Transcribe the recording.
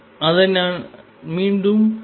அதனை நான் மீண்டும் எழுதுகிறேன்